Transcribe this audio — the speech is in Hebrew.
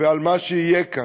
ועל מה שיהיה כאן.